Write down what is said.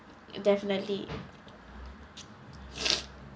definitely